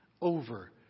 over